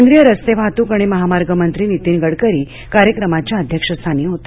केंद्रीय रस्ते वाहतूक आणि महामार्ग मंत्री नितीन गडकरी कार्यक्रमाच्या अध्यक्षस्थानी होते